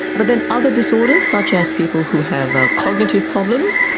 but then other disorders, such as people who have ah cognitive problems,